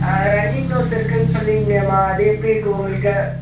running nose இருக்குன்னு சொன்னிங்களேம்மா அது எப்படி இருக்கு உங்களுக்கு